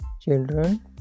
children